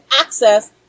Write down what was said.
access